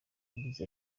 yagize